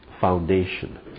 foundation